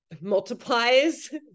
multiplies